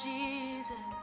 Jesus